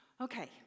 Okay